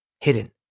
hidden